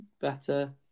better